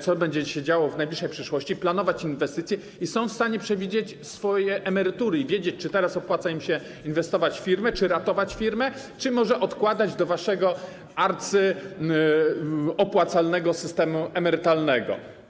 co będzie się działo w najbliższej przyszłości, planować inwestycje i są w stanie przewidzieć swoje emerytury i wiedzą, czy teraz opłaca im się inwestować w firmę czy ratować firmę, czy może odkładać do waszego arcyopłacalnego systemu emerytalnego.